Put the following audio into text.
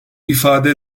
ifade